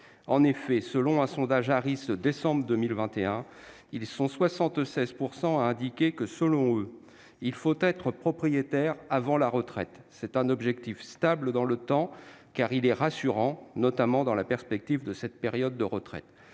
En effet, d'après un sondage Harris du mois de décembre 2021, ils sont 76 % à considérer qu'il faut être propriétaire avant la retraite. C'est un objectif stable dans le temps, car il est rassurant, notamment dans la perspective de cette période de retraite.